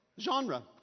Genre